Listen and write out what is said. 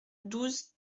douze